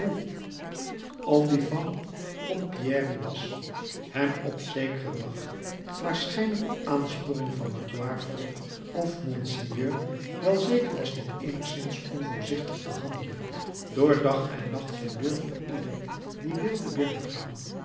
of die van pompierry was hem op zekeren dag waarschijnlijk op aansporing van magloire vroeg of monseigneur wel zeker was niet eenigszins onvoorzichtig te handelen door dag en nacht zijn deur voor ieder die wilde binnengaan